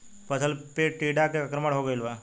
फसल पे टीडा के आक्रमण हो गइल बा?